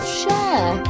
share